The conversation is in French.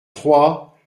trois